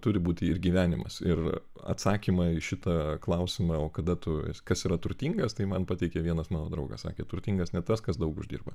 turi būti ir gyvenimas ir atsakymą į šitą klausimą o kada tu kas yra turtingas tai man pateikė vienas mano draugas sakė turtingas ne tas kas daug uždirba